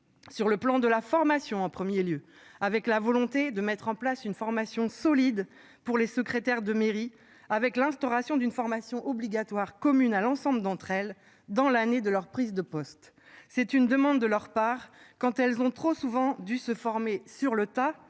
sur le plan de la formation en premier lieu avec la volonté de mettre en place une formation solide pour les secrétaires de mairie, avec l'instauration d'une formation obligatoire commune à l'ensemble d'entre elles dans l'année de leur prise de poste, c'est une demande de leur part quand elles ont trop souvent dû se former sur le tas